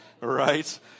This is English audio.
Right